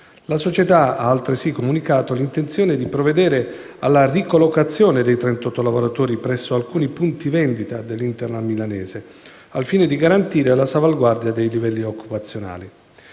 La società ha altresì comunicato l'intenzione di provvedere alla ricollocazione dei 38 lavoratori presso alcuni punti vendita dell'*hinterland* milanese, al fine di garantire la salvaguardia dei livelli occupazionali.